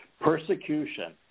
persecution